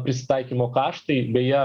prisitaikymo kaštai beje